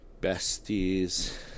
Besties